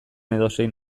edozein